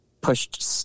pushed